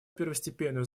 первостепенную